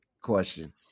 question